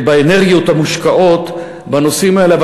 באנרגיות המושקעות בנושאים האלה,